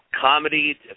comedy